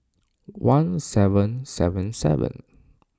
one seven seven seven